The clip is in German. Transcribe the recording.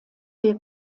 wir